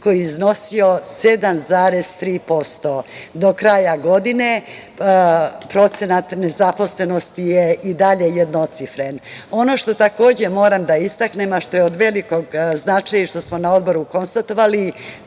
koji je iznosio 7,3% do kraja godine procenat nezaposlenosti je i dalje jednocifren. Ono što, takođe moram da istaknem, a što je od velikog značaja i što smo na Odboru konstatovali,